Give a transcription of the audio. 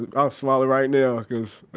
but ah swallowing right now, cause, yeah